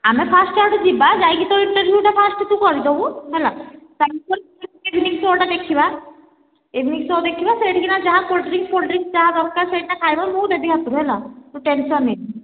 ଆମେ ଫାଷ୍ଟ୍ ସେଆଡ଼େ ଯିବା ଯାଇକି ତୋ ଇଣ୍ଟରଭିଉଟା ଫାଷ୍ଟ୍ ତୁ କରିଦେବୁ ହେଲା ତା'ପରେ ଇଭନିଂସୋ'ଟା ଦେଖିବା ଇଭନିଂ ସୋ' ଦେଖିବା ସେଇଠିକିନା ଯାହା କୋଲ୍ଡ୍ ଡ୍ରିଂକ୍ସ ଫୋଲଡ୍ରିଂକ୍ସ ଯାହା ଦରକାର ସେଇଟା ଖାଇବା ମୁଁ ଦେବି ହାତରୁ ହେଲା ତୁ ଟେନ୍ସନ୍ ନେନି